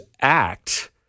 act